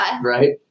Right